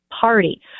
party